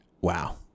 Wow